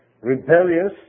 rebellious